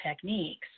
techniques